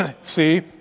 See